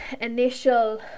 initial